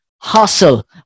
Hustle